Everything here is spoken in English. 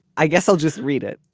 i guess i'll just read it.